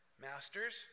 Masters